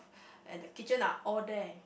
and the kitchen are all there